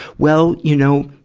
well, you know,